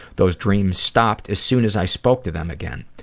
those dreams stopped as soon as i spoke to them again.